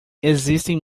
existem